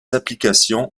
applications